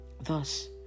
Thus